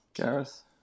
Gareth